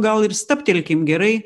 gal ir stabtelkim gerai